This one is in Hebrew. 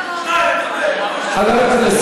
שניים, חמישה?